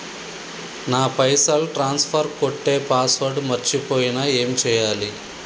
నా పైసల్ ట్రాన్స్ఫర్ కొట్టే పాస్వర్డ్ మర్చిపోయిన ఏం చేయాలి?